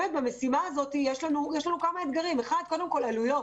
במשימה הזאת יש לנו כמה אתגרים קודם כל, עלויות.